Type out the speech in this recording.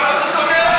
אז למה אתה סוגר אותה?